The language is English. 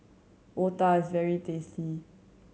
otah is very tasty